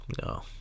No